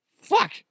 fuck